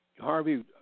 Harvey